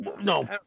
no